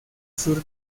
sur